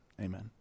amen